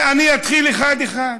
אני אתחיל אחד-אחד.